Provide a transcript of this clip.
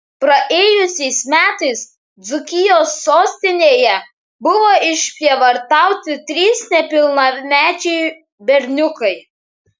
praėjusiais metais dzūkijos sostinėje buvo išprievartauti trys nepilnamečiai berniukai